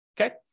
Okay